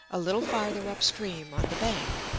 a little farther up-stream, on the bank,